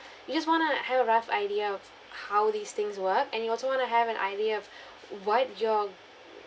you just want to have a rough idea of how these things work and you also want to have an idea of what your